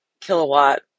kilowatt